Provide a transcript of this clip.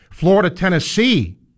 Florida-Tennessee